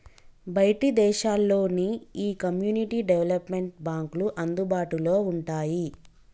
బయటి దేశాల్లో నీ ఈ కమ్యూనిటీ డెవలప్మెంట్ బాంక్లు అందుబాటులో వుంటాయి